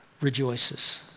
rejoices